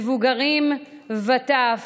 מבוגרים וטף